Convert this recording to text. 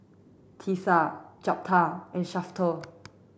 Tisa Jeptha and Shafter